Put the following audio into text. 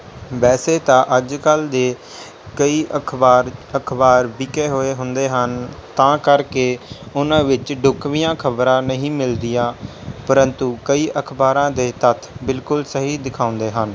ਵੈਸੇ ਤਾਂ ਅੱਜ ਕੱਲ੍ਹ ਦੇ ਕਈ ਅਖਬਾਰ ਅਖਬਾਰ ਵਿਕੇ ਹੋਏ ਹੁੰਦੇ ਹਨ ਤਾਂ ਕਰਕੇ ਉਨ੍ਹਾਂ ਵਿੱਚ ਢੁੱਕਵੀਆਂ ਖਬਰਾਂ ਨਹੀਂ ਮਿਲਦੀਆਂ ਪ੍ਰੰਤੂ ਕਈ ਅਖਬਾਰਾਂ ਦੇ ਤੱਥ ਬਿਲਕੁਲ ਸਹੀ ਦਿਖਾਉਂਦੇ ਹਨ